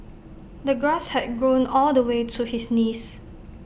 the grass had grown all the way to his knees